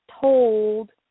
told